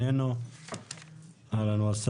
הנושא